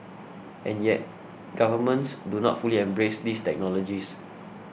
and yet governments do not fully embrace these technologies